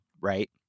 Right